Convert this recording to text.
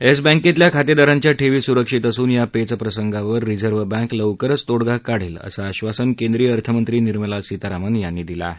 yes बँकेतल्या खातेदारांच्या ठेवी सुरक्षित असून या पेच प्रसंगावर रिझर्व बँक लवकरच तोडगा काढेल असं आश्वासन केंद्रीय अर्थमंत्री निर्मला सीतारामन यांनी दिलं आहे